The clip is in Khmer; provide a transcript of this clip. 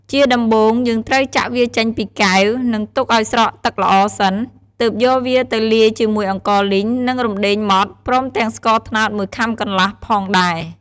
ជាដំបូង យើងត្រូវចាក់វាចេញពីកែវ និង ទុកឱស្រក់ទឹកល្អសិន ទើបយកវាទៅលាយជាមួយអង្ករលីង និង រំដេងម៉ដ្ឋ ព្រមទាំងស្ករត្នោត ១ខាំកន្លះផងដែរ។